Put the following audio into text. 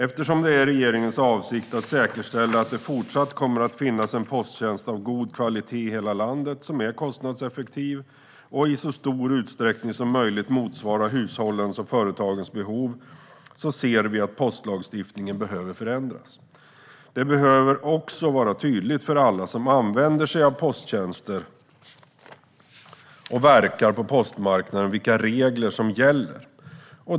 Eftersom det är regeringens avsikt att säkerställa att det fortsatt kommer att finnas en posttjänst av god kvalitet i hela landet, som är kostnadseffektiv och i så stor utsträckning som möjligt motsvarar hushållens och företagens behov, ser vi att postlagstiftningen behöver förändras. Det behöver också vara tydligt för alla som använder sig av posttjänster och verkar på postmarknaden vilka regler som gäller.